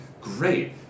great